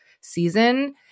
season